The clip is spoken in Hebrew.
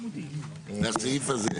בבקשה.